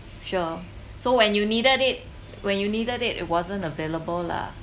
sure so when you needed it when you needed it it wasn't available lah